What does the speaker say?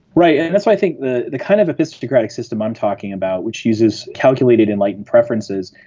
right, that's why i think the the kind of epistocratic system i'm talking about, which uses calculated enlightened preferences,